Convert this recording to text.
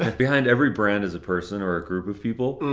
ah behind every brand is a person or a group of people,